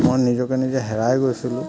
মই নিজকে নিজে হেৰাই গৈছিলোঁ